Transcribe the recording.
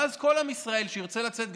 ואז כל עם ישראל שירצה לצאת,